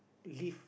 leave